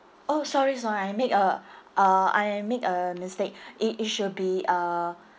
oh sorry sorry I make a uh I make a mistake it it should be uh